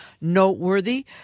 noteworthy